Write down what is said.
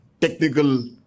technical